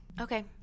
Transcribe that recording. Okay